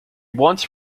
wants